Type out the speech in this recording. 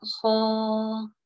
whole